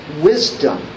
Wisdom